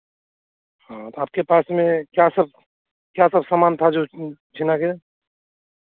हाँ तो आपके पास में क्या सब क्या सब सामान था जो छिना गया है